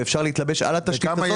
ואפשר להתלבש על התשתית הזאת.